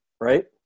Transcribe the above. right